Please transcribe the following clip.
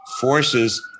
forces